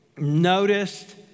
noticed